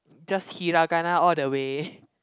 just Hiragana all the way